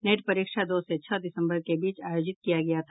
net परीक्षा दो से छह दिसम्बर के बीच आयोजित किया गया था